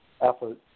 effort